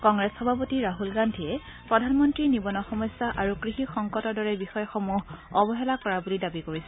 কংগ্ৰেছ সভাপতি ৰাহুল গান্ধীয়ে প্ৰধানমন্ত্ৰীয়ে নিবনুৱা সমস্যা আৰু কৃষি সংকটৰ দৰে বিষয়সমূহ অৱহেলা কৰা বুলি দাবী কৰিছে